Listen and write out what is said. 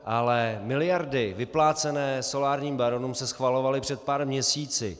Ale miliardy vyplácené solárním baronům se schvalovaly před pár měsíci.